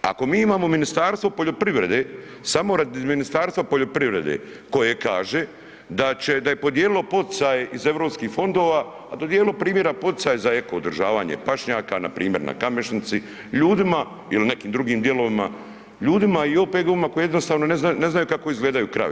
Ako mi imamo Ministarstvo poljoprivrede samo radi Ministarstva poljoprivrede koje kaže da će, da je podijelilo poticaje iz EU fondova, a dodijelilo primjera poticaje za eko održavanje pašnjaka, npr. na Kamešnici, ljudima ili nekim drugim dijelovima, ljudima i OPG-ovima koji jednostavno ne znaju kako izgledaju krave.